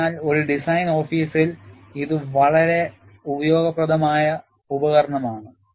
അതിനാൽ ഒരു ഡിസൈൻ ഓഫീസിൽ ഇത് വളരെ ഉപയോഗപ്രദമായ ഉപകരണമാണ്